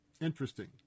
Interesting